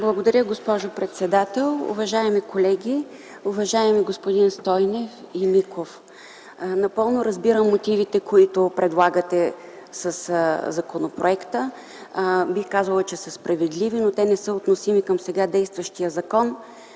Благодаря, госпожо председател. Уважаеми колеги, уважаеми господа Стойнев и Миков! Напълно разбирам мотивите, с които предлагате законопроекта. Бих казала, че са справедливи, но не са относими към сега действащия закон